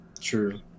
True